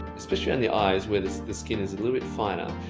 especially around the eyes where the skin is a little bit finer.